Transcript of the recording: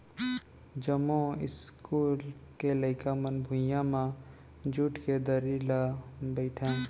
जमो इस्कूल के लइका मन भुइयां म जूट के दरी म बइठय